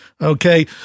okay